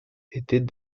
étaient